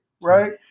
Right